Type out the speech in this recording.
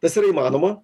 tas yra įmanoma